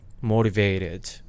motivated